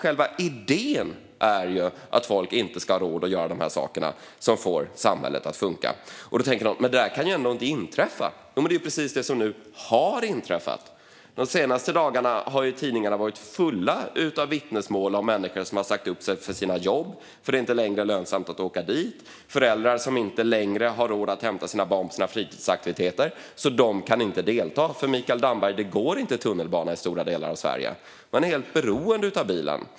Själva idén är alltså att folk inte ska ha råd att göra de här sakerna, som får samhället att funka. Då tänker någon: Men det där kan ju ändå inte inträffa! Jo, och det är precis det som nu har inträffat. De senaste dagarna har tidningarna varit fulla av vittnesmål av människor som sagt upp sig från sina jobb för att det inte längre är lönsamt att åka dit och föräldrar vars barn inte längre kan delta på sina fritidsaktiviteter för att de inte har råd att skjutsa dem. I stora delar av Sverige går det inte tunnelbana, Mikael Damberg. Man är helt beroende av bilen.